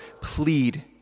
plead